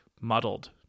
muddled